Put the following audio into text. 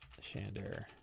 Shander